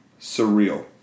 surreal